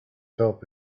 help